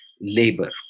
labor